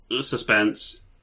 Suspense